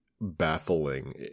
baffling